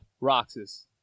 Roxas